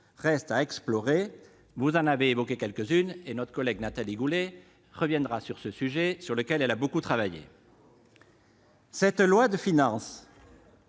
encore à explorer : vous en avez évoqué quelques-unes, et ma collègue Nathalie Goulet reviendra sur ce sujet, sur lequel elle a beaucoup travaillé. Ce projet de loi de finances